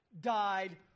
died